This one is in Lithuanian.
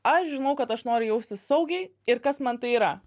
aš žinau kad aš noriu jaustis saugiai ir kas man tai yra